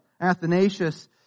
athanasius